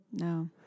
No